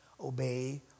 Obey